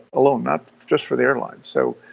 alone, not just for the airlines. so,